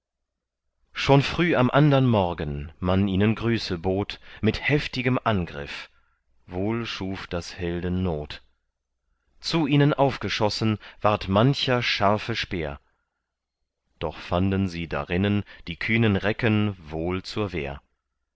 schon früh am andern morgen man ihnen grüße bot mit heftigem angriff wohl schuf das helden not zu ihnen aufgeschossen ward mancher scharfe speer doch fanden sie darinnen die kühnen recken wohl zur wehr